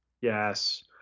Yes